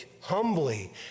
Humbly